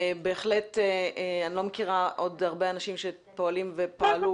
ואני לא מכירה עוד הרבה אנשים שפועלים ופעלו